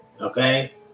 okay